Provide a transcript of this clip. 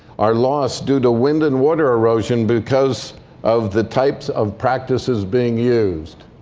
are lost due to wind and water erosion because of the types of practices being used.